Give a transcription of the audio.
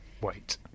wait